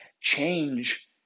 change